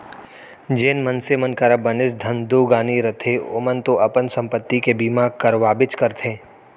जेन मनसे मन करा बनेच धन दो गानी रथे ओमन तो अपन संपत्ति के बीमा करवाबेच करथे